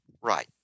Right